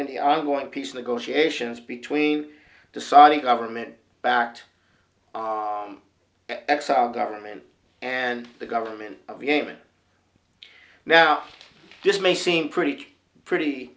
in the ongoing peace negotiations between the saudi government backed exile government and the government of yemen now this may seem pretty pretty